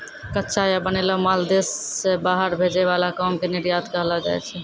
कच्चा या बनैलो माल देश से बाहर भेजे वाला काम के निर्यात कहलो जाय छै